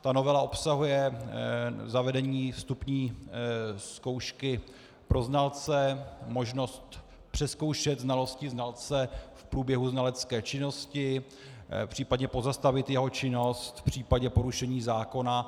Ta novela obsahuje zavedení vstupní zkoušky pro znalce, možnost přezkoušet znalosti znalce v průběhu znalecké činnosti, případně pozastavit jeho činnost v případě porušení zákona.